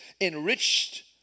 enriched